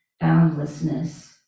boundlessness